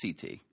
CT